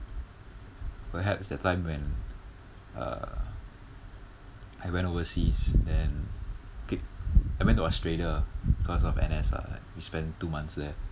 perhaps that time when uh I went overseas then I went to australia because of N_S lah like we spent two months there